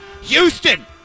Houston